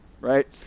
right